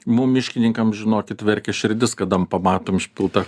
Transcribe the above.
mum miškininkam žinokit verkia širdis kada pamatom išpiltą